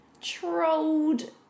trolled